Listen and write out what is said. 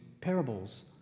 parables